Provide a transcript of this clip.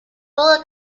cola